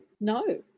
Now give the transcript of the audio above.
No